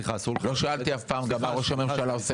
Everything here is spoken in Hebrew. --- לא שאלתי אף פעם גם מה ראש הממשלה עושה